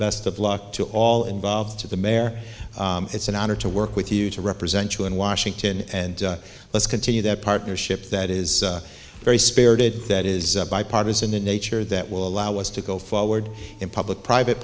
best of luck to all involved at the mer it's an honor to work with you to represent you in washington and let's continue that partnership that is a very spirited that is bipartisan in nature that will allow us to go forward in public private